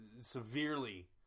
severely